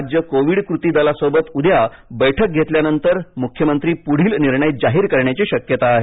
राज्य कोविड कृती दलासोबत उद्या बैठक घेतल्यानंतर मुख्यमंत्री पुढील निर्णय जाहीर करण्याची शक्यता आहे